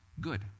good